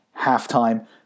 halftime